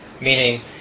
meaning